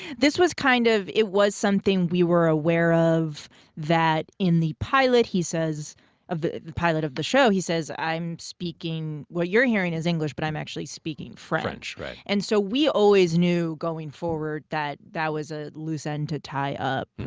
this was kind of it was something we were aware of that, in the pilot, he says the pilot of the show, he says, i'm speaking what you're hearing is english, but i'm actually speaking french. french, right. and so, we always knew going forward that that was a loose end to tie up.